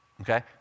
okay